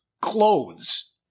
clothes